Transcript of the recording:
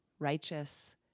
righteous